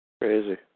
Crazy